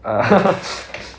ah